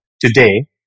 today